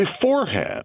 beforehand